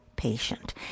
patient